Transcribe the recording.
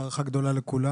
הערכה גדולה לכולם.